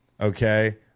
okay